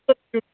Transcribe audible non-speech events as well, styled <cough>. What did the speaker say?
<unintelligible>